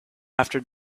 after